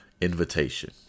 invitation